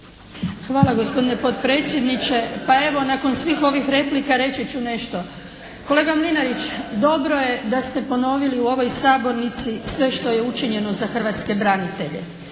Hvala gospodine potpredsjedniče. Pa evo, nakon svih ovih replika reći ću nešto. Kolega Mlinarić! Dobro je da ste ponovili u ovoj sabornici sve što je učinjeno za hrvatske branitelje.